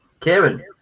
karen